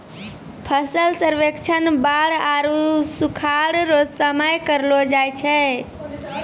फसल सर्वेक्षण बाढ़ आरु सुखाढ़ रो समय करलो जाय छै